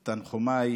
את תנחומיי